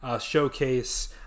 showcase